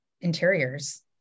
interiors